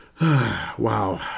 Wow